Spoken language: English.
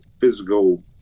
physical